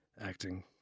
acting